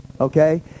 Okay